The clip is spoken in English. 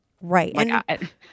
Right